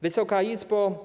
Wysoka Izbo!